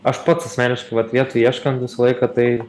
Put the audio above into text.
aš pats asmeniškai vat vietų ieškom visą laiką tai